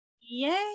Yay